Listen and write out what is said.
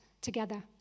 together